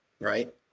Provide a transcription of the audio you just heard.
right